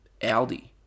Aldi